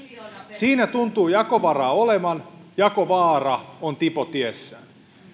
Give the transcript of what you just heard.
siinä tuntuu jakovaraa olevan jakovaara on tipotiessään